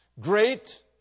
Great